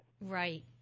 Right